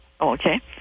Okay